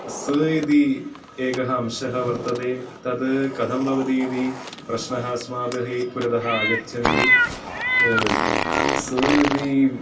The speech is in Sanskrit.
स् इति एकः अंशः वर्तते तद् कथं भवति इति प्रश्नः अस्माभिः पुरतः आगच्छन्ति स् इति